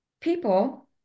people